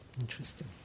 Interesting